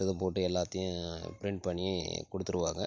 இதுவும் போட்டு எல்லாத்தையும் பிரிண்ட் பண்ணி கொடுத்துருவாங்க